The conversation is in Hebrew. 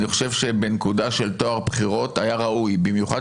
אני חושב שבנקודה של טוהר בחירות היה ראוי במיוחד